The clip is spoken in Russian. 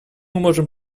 можем